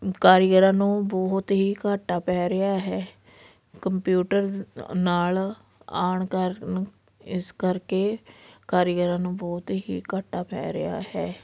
ਕਾਰੀਗਰਾਂ ਨੂੰ ਬਹੁਤ ਹੀ ਘਾਟਾ ਪੈ ਰਿਹਾ ਹੈ ਕੰਪਿਊਟਰ ਨਾਲ਼ ਆਉਣ ਕਾਰਨ ਇਸ ਕਰਕੇ ਕਾਰੀਗਰਾਂ ਨੂੰ ਬਹੁਤ ਹੀ ਘਾਟਾ ਪੈ ਰਿਹਾ ਹੈ